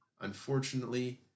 Unfortunately